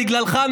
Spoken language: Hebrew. בגללך,